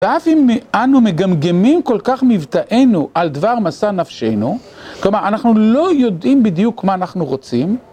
ואף אם אנו מגמגמים כל כך מבטאינו על דבר משא נפשנו, כלומר, אנחנו לא יודעים בדיוק מה אנחנו רוצים.